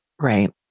Right